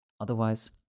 Otherwise